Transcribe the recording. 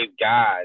God